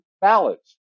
ballots